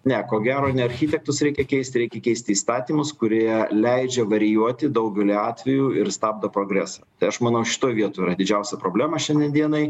ne ko gero ne architektus reikia keisti reikia keisti įstatymus kurie leidžia varijuoti daugely atvejų ir stabdo progresą tai aš manau šitoj vietoj yra didžiausia problema šiandien dienai